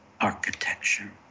architecture